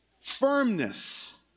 firmness